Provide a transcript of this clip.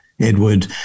Edward –